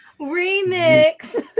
Remix